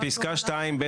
פסקה (2)(ב),